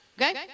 Okay